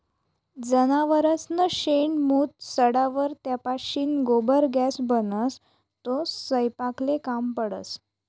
जनावरसनं शेण, मूत सडावर त्यापाशीन गोबर गॅस बनस, तो सयपाकले काम पडस